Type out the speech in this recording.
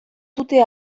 dute